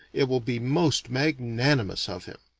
it will be most magnanimous of him.